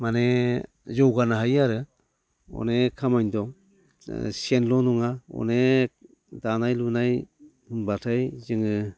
माने जौगानो हायो आरो अनेक खामानि दं सेनल' नङा अनेक दानाय लुनाय होनबाथाय जोङो